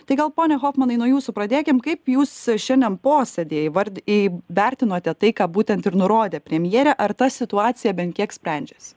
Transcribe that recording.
tai gal pone hofmanai nuo jūsų pradėkim kaip jūs šiandien posėdyje įvardi į vertinote tai ką būtent ir nurodė premjerė ar ta situacija bent tiek sprendžiasi